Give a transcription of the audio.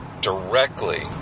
directly